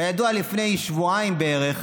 כידוע, לפני שבועיים בערך